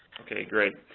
ok, great.